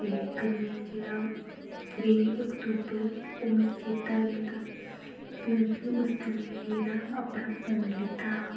ते कन्नैं जेह्ड़ा त्रेई अक्तूबर ओह् मीगी चैत्ता रैंह्दा क्योंकि में जेह्ड़ा अपना फोन लैत्ता हा